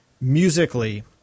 musically